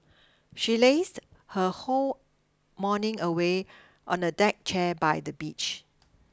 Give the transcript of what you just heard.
she lazed her whole morning away on a deck chair by the beach